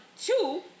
Two